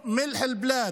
הם מלח הארץ.